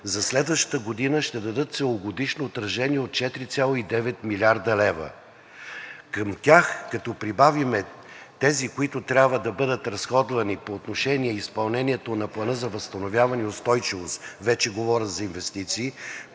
за следващата година ще даде целогодишно отражение от 4,9 млрд. лв. Към тях, като прибавим тези, които трябва да бъдат разходвани по отношение изпълнението на Плана за възстановяване и устойчивост, вече говоря за инвестиции,